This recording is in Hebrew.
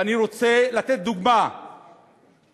ואני רוצה לתת דוגמה בתשתיות,